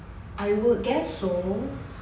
I would guess so